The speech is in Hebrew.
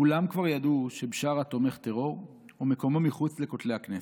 כולם כבר ידעו שבשארה תומך טרור ומקומו מחוץ לכותלי הכנסת.